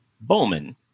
Bowman